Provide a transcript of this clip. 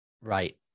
Right